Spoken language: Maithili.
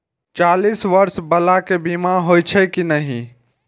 चालीस बर्ष बाला के बीमा होई छै कि नहिं?